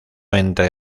entre